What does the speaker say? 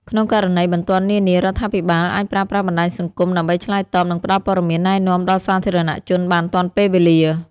ក្នុងករណីបន្ទាន់នានា រដ្ឋាភិបាលអាចប្រើប្រាស់បណ្ដាញសង្គមដើម្បីឆ្លើយតប និងផ្ដល់ព័ត៌មានណែនាំដល់សាធារណជនបានទាន់ពេលវេលា។